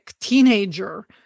teenager